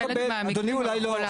הוא מקבל, אדוני אולי לא.